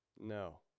No